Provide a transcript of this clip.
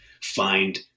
find